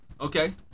Okay